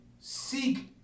seek